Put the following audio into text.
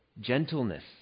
gentleness